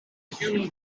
human